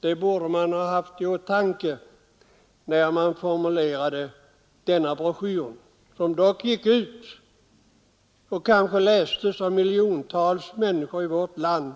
Det borde man ha haft i åtanke när man formulerade denna broschyr, som dock gick ut till och kanske lästes av miljontals människor i vårt land